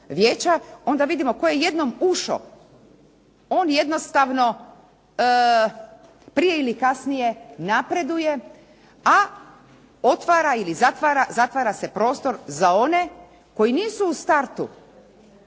onda vidimo tko je jednom ušao on jednostavno prije ili kasnije napreduje, a otvara ili zatvara, zatvara se prostor za one koji nisu u startu